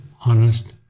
honest